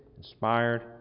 Inspired